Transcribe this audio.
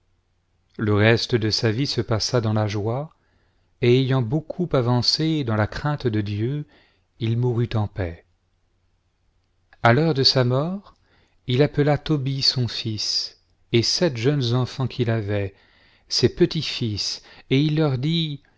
le reste de sa vie se passa dans la joie et ayant beaucoup avancé dans la crainte de dieu il mourut en paix a l'heure de sa mort il appela tobie son fils et sept jeunes enfants qu'il avait ses petits-fils et il leur dit